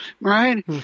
right